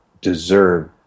deserve